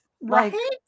Right